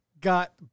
got